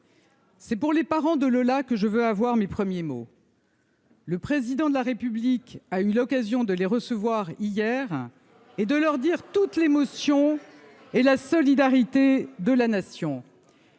C'est pour les parents de Lola, que je veux avoir mes premiers mots. Le président de la République a eu l'occasion de les recevoir hier. Et de leur dire toute l'émotion et la solidarité de la nation